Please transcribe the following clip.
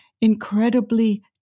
incredibly